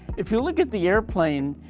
if you look at the airplane,